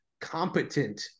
competent